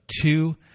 Two